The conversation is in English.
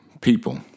people